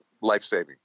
life-saving